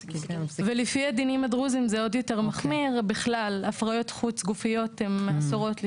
לפי הדינים הדרוזיים גם הפריות חוץ גופיות אסורות.